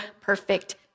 perfect